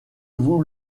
vous